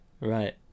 Right